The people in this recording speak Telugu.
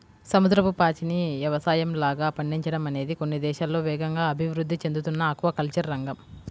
సముద్రపు పాచిని యవసాయంలాగా పండించడం అనేది కొన్ని దేశాల్లో వేగంగా అభివృద్ధి చెందుతున్న ఆక్వాకల్చర్ రంగం